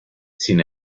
sin